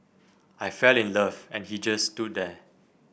I fell in love and he just stood there